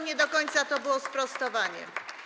Nie do końca to było sprostowanie.